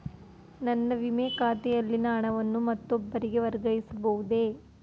ನನ್ನ ವಿಮೆ ಖಾತೆಯಲ್ಲಿನ ಹಣವನ್ನು ಮತ್ತೊಬ್ಬರಿಗೆ ವರ್ಗಾಯಿಸ ಬಹುದೇ?